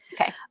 Okay